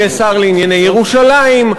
יהיה שר לענייני ירושלים,